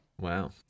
wow